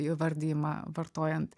įvardijimą vartojant